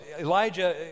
Elijah